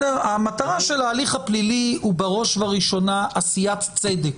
המטרה של ההליך הפלילי היא בראש ובראשונה עשיית צדק.